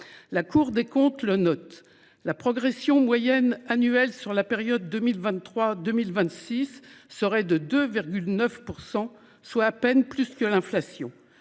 La Cour des comptes le note, « la progression moyenne annuelle sur la période 2023 2026 serait de 2,9 %, soit à peine plus que l’inflation